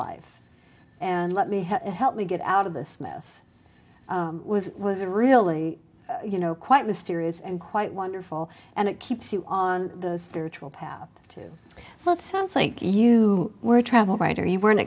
life and let me help me get out of this mess was was really you know quite mysterious and quite wonderful and it keeps you on the spiritual path too well it sounds like you were travel writer you weren't